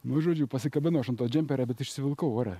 nu žodžiu pasikabinau aš ant to džemperio bet išsivilkau ore